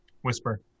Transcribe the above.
whisper